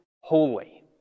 holy